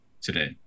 today